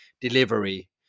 delivery